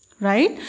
Right